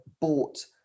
bought